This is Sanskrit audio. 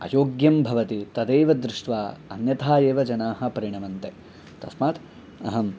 अयोग्यं भवति तदेव दृष्ट्वा अन्यथा एव जनाः परिणमन्ते तस्मात् अहम्